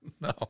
No